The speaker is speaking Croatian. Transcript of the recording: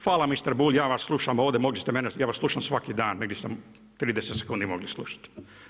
Hvala mister Bulj, ja vas slušam ovdje mogli ste mene, ja vas slušam svaki dan, vi biste 30 sekundi mogli slušati.